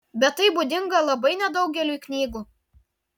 bet tai būdinga labai nedaugeliui knygų